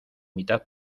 mitad